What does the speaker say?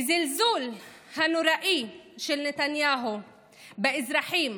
בזלזול הנוראי של נתניהו באזרחים